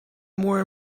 more